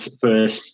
first